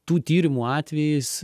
tų tyrimų atvejiais